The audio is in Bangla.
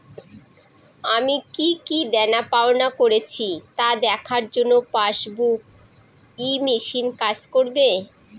আমি কি কি দেনাপাওনা করেছি তা দেখার জন্য পাসবুক ই মেশিন কাজ করবে?